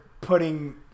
putting